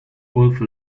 wolfe